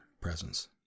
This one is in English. presence